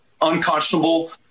Unconscionable